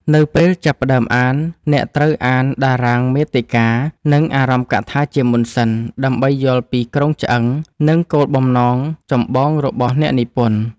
នៅពេលចាប់ផ្ដើមអាន អ្នកត្រូវអានតារាងមាតិកា និងអារម្ភកថាជាមុនសិន ដើម្បីយល់ពីគ្រោងឆ្អឹង និងគោលបំណងចម្បងរបស់អ្នកនិពន្ធ។